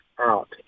out